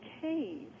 cave